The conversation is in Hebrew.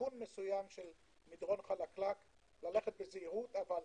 בסיכון מסוים של מדרון חלקלק, ללכת בזהירות, אבל